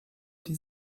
die